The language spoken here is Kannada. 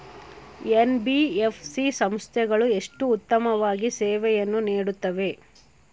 ಎನ್.ಬಿ.ಎಫ್.ಸಿ ಸಂಸ್ಥೆಗಳು ಎಷ್ಟು ಉತ್ತಮವಾಗಿ ಸೇವೆಯನ್ನು ನೇಡುತ್ತವೆ?